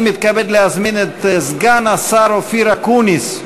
אני מתכבד להזמין את סגן השר אופיר אקוניס,